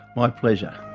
my pleasure